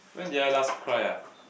when did I last cry ah